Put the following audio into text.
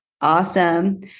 Awesome